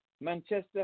Manchester